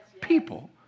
people